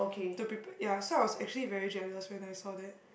to prepare ya so I was actually very jealous when I saw that